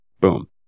boom